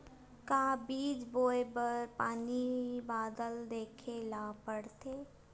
का बीज बोय बर पानी बादल देखेला पड़थे?